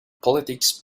politics